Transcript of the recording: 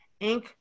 Inc